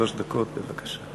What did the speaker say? שלוש דקות, בבקשה.